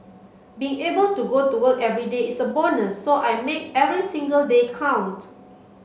be able to go to work everyday is a bonus so I make every single day count